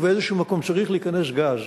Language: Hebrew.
ובאיזה מקום צריך להיכנס גז,